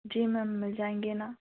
जी ma'am मिल जाएंगे न